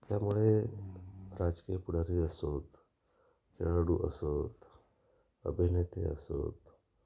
त्यामुळे राजकीय पुुढारी असोत खेळाडू असोत अभिनेते असोत